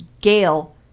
Gail